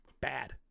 Bad